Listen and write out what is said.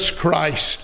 Christ